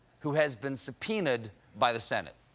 who has been subpoenaed by the senate.